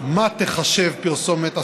מה תיחשב פרסומת אסורה,